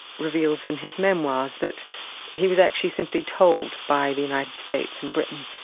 reveals in his memoirs that he was actually simply told by the united states and britain,